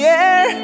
air